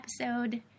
episode